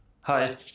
Hi